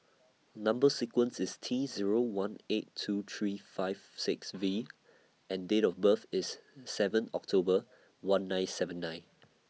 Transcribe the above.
Number sequence IS T Zero one eight two three five six V and Date of birth IS seven October one nine seven nine